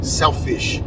selfish